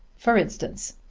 for instance,